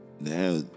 Now